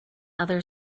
other